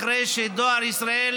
אחרי שדואר ישראל